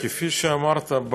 כפי שאמרת,